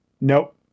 Nope